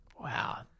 Wow